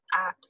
apps